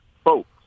Folks